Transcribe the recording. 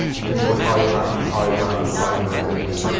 you can do it ah over and over and over again.